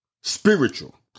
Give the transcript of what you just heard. spiritual